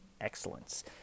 excellence